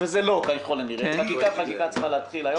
וזה לא ככל הנראה הליך החקיקה צריך להתחיל היום.